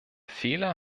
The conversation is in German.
fehler